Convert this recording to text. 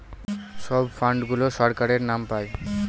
সব ফান্ড গুলো সরকারের নাম পাই